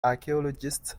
archaeologists